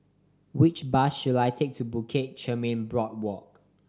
which bus should I take to Bukit Chermin Boardwalk